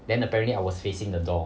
then apparently I was facing the door